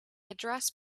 address